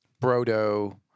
Brodo